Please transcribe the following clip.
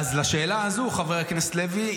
חבר הכנסת לוי,